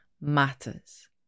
matters